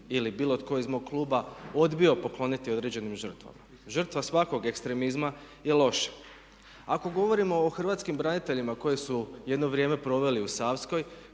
ili bilo tko iz mog kluba odbio pokloniti određenim žrtvama. Žrtva svakog ekstremizma je loša. Ako govorimo o hrvatskim braniteljima koji su jedno vrijeme proveli u Savskoj,